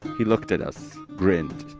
he looked at us, grinned,